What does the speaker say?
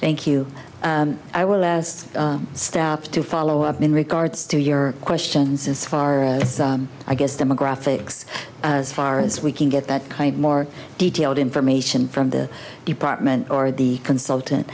thank you thank you i will as staff to follow up in regards to your questions as far as i guess demographics as far as we can get that kind of more detailed information from the department or the consultant